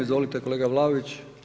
Izvolite kolega Vlaović.